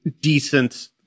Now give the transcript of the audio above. decent